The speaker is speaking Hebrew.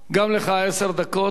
גם לך עשר דקות.